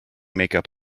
makeup